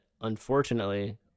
unfortunately